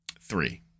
three